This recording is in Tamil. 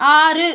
ஆறு